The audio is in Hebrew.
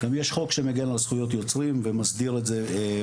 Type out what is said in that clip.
גם יש חוק שמגן על זכויות יוצרים ומסדיר את זה במדינה.